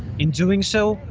in doing so,